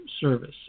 service